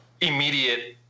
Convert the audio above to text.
immediate